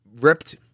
ripped